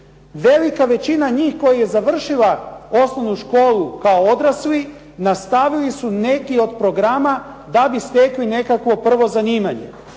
Velika većina njih koja je završila osnovnu školu kao odrasli nastavili su neki od programa, da bi stekli nekakvo prvo zanimanje.